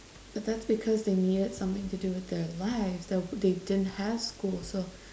but that's because they needed something to do with their lives the~ they didn't have school so